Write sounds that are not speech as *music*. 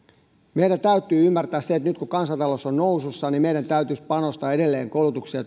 meidän täytyy ymmärtää se että nyt kun kansantalous on nousussa meidän täytyisi panostaa edelleen koulutukseen *unintelligible*